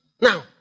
Now